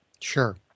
Sure